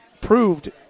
proved